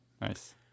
Nice